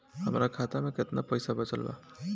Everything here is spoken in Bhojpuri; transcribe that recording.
हमरा खाता मे केतना पईसा बचल बा?